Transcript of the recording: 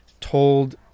told